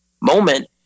moment